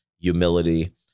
humility